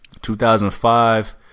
2005